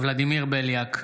ולדימיר בליאק,